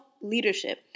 leadership